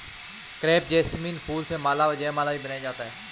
crepe jasmine फूल से माला व जयमाला भी बनाया जाता है